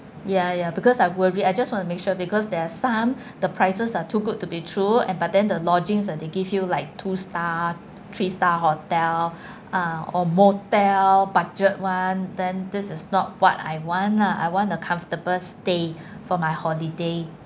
ya ya because I worry I just want to make sure because there's some the prices are too good to be true and but then the lodgings uh they give you like two star three star hotel ah or motel budget [one] then this is not what I want lah I want a comfortable stay for my holiday